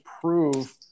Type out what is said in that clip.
prove